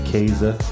Kaza